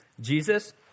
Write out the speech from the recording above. Jesus